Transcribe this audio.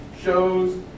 shows